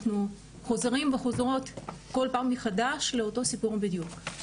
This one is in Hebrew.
אנחנו חוזרים וחוזרות כל פעם מחדש לאותו סיפור בדיוק.